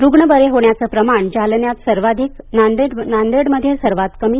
रुग्ण बरे होण्याचं प्रमाण जालन्यात सर्वाधिक नांदेडमध्ये सर्वात कमी